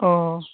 ꯑꯣ